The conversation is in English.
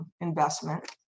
investment